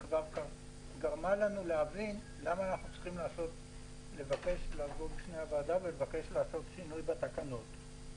כבר גרמה לנו להבין למה אנחנו צריכים לבקש מהוועדה לעשות שינוי בתקנות.